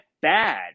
bad